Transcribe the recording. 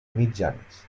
mitjanes